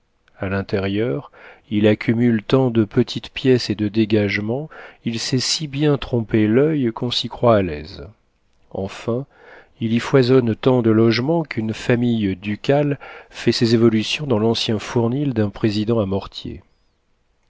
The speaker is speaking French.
à l'intérieur il accumule tant de petites pièces et de dégagements il sait si bien tromper l'oeil qu'on s'y croit à l'aise enfin il y foisonne tant de logements qu'une famille ducale fait ses évolutions dans l'ancien fournil d'un président à mortier